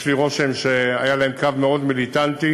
יש לי רושם שהיה להם קו מאוד מיליטנטי.